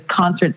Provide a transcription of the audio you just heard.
concert